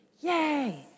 yay